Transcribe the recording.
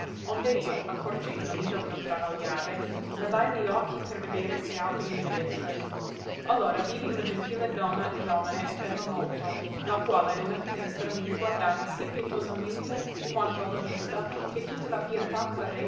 onde io accorgendomi del mio travagliare levai li occhi per vedere se altri mi vedesse allora vidi una gentile donna giovane e bella molto la quale da una finestra mi riguardava sì pietosamente quanto a la vista che tutta la pietà